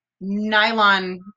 nylon